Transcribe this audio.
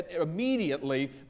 Immediately